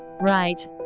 right